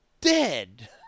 dead